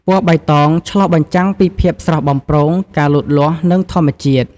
ពណ៌បៃតង ឆ្លុះបញ្ចាំងពីភាពស្រស់បំព្រង ការលូតលាស់ និងធម្មជាតិ។